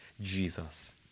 Jesus